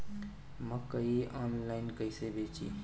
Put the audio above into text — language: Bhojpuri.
मकई आनलाइन कइसे बेची?